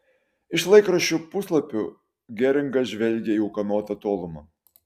iš laikraščių puslapių geringas žvelgė į ūkanotą tolumą